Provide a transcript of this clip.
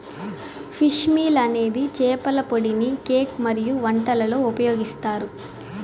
fish meal అనేది చేపల పొడిని కేక్ మరియు వంటలలో ఉపయోగిస్తారు